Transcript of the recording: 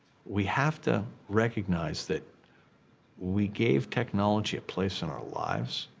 we have to recognize that we gave technology a place in our lives